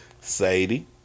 Sadie